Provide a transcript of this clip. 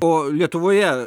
o lietuvoje